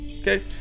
okay